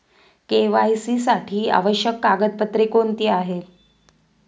KYC साठी आवश्यक कागदपत्रे कोणती आहेत?